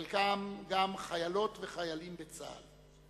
חלקם גם חיילות וחיילים בצה"ל.